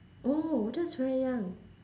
oh that's very young